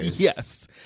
Yes